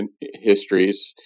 histories